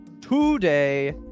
today